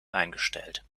eingestellt